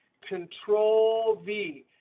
control v.